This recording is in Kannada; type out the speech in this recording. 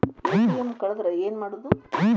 ಎ.ಟಿ.ಎಂ ಕಳದ್ರ ಏನು ಮಾಡೋದು?